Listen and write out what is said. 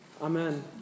Amen